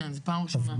כן, זו פעם ראשונה.